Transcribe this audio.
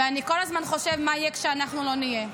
ואני כל הזמן חושב מה יהיה כשאנחנו לא נהיה,